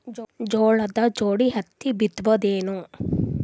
ಜೋಳದ ಜೋಡಿ ಹತ್ತಿ ಬಿತ್ತ ಬಹುದೇನು?